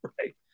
right